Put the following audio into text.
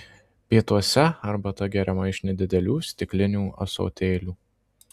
pietuose arbata geriama iš nedidelių stiklinių ąsotėlių